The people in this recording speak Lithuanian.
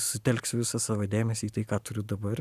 sutelksiu visą savo dėmesį į tai ką turiu dabar